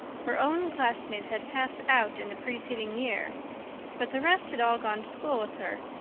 her own classmates had passed out in the preceding year but the rest had all gone to school with her,